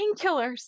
painkillers